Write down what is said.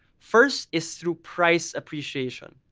first is through price appreciation.